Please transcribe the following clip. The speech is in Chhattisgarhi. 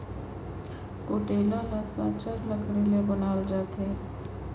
कुटेला ल साचर लकरी कर बनाल जाथे